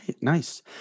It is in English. nice